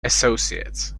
associates